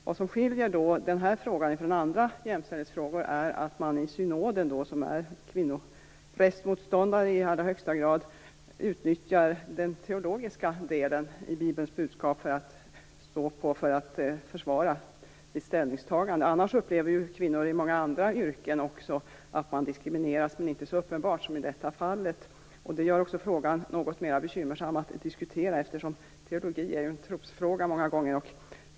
Vad som skiljer den här frågan från andra jämställdhetsfrågor är att man i synoden, där man i allra högsta grad är kvinnoprästmotståndare, utnyttjar den teologiska delen i Bibelns budskap för att försvara sitt ställningstagande. Annars upplever också kvinnor i många andra yrken att de diskrimineras, men det är inte så uppenbart som i det här fallet. Detta gör frågan något svårare att diskutera, eftersom teologi många gånger är en trosfråga.